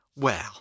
Well